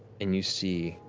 and you see